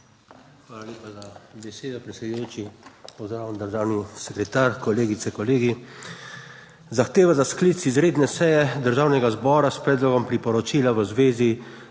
Hvala lepa za besedo, predsedujoči. Pozdravljen državni sekretar, kolegice, kolegi! Zahteva za sklic izredne seje Državnega zbora s Predlogom priporočila v zvezi